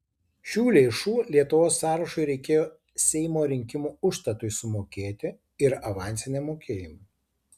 šių lėšų lietuvos sąrašui reikėjo seimo rinkimų užstatui sumokėti ir avansiniam mokėjimui